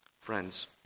Friends